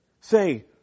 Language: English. say